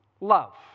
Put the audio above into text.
love